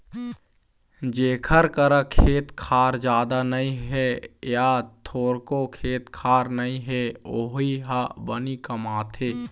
जेखर करा खेत खार जादा नइ हे य थोरको खेत खार नइ हे वोही ह बनी कमाथे